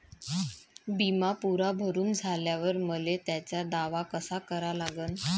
बिमा पुरा भरून झाल्यावर मले त्याचा दावा कसा करा लागन?